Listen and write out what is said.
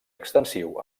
extensiu